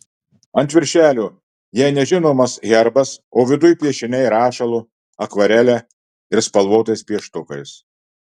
ant viršelio jai nežinomas herbas o viduj piešiniai rašalu akvarele ir spalvotais pieštukais